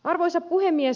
arvoisa puhemies